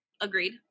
Agreed